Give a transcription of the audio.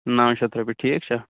نَو شَتھ رۄپیہِ ٹھیٖک چھا